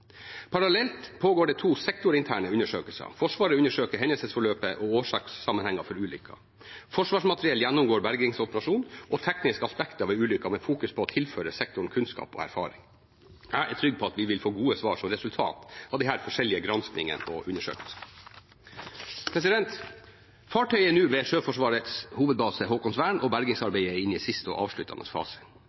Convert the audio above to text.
Parallelt pågår det to sektorinterne undersøkelser. Forsvaret undersøker hendelsesforløpet og årsakssammenhenger for ulykken. Forsvarsmateriell gjennomgår bergingsoperasjonen og tekniske aspekter ved ulykken, med fokus på å tilføre sektoren kunnskap og erfaring. Jeg er trygg på at vi vil få gode svar som resultat av disse forskjellige granskningene og undersøkelsene. Fartøyet er nå ved Sjøforsvarets hovedbase, Haakonsvern, og bergingsarbeidet er inne i siste og avsluttende fase.